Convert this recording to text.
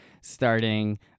starting